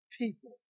people